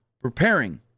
preparing